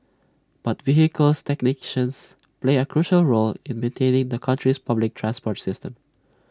but vehicles technicians play A crucial role in maintaining the country's public transport system